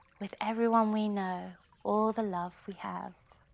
with everyone we know, all the love we have.